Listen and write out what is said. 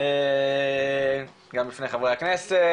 גם בפני חברי הכנסת,